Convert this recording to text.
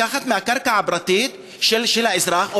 כאשר השכנים הם קרקע פרטית של תושב או של אזרח,